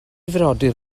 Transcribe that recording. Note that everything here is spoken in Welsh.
frodyr